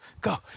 go